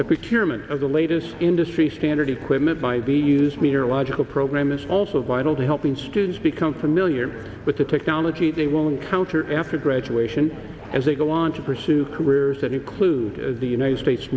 mix of the latest industry standard equipment by the use meterological program is also vital to helping students become familiar with the technology they will encounter after graduation as they go on to pursue careers that include the united states